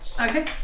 Okay